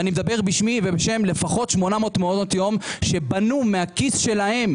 ואני מדבר בשמי ובשם לפחות 800 מעונות יום שבנו מהכיס שלהם,